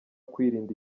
kwirinda